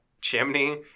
chimney